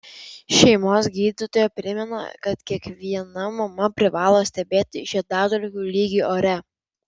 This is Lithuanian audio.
šeimos gydytoja primena kad kiekviena mama privalo stebėti žiedadulkių lygį ore